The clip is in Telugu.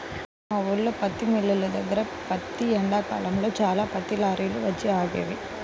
మా ఊల్లో పత్తి మిల్లు దగ్గర ప్రతి ఎండాకాలంలో చాలా పత్తి లారీలు వచ్చి ఆగేవి